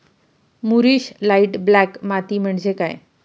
मूरिश light black माती म्हणजे काय?